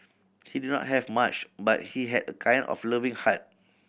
he did not have much but he had a kind and loving heart